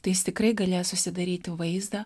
tai jis tikrai galės susidaryti vaizdą